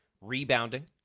rebounding